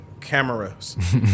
cameras